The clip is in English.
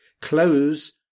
close